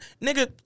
nigga